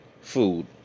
food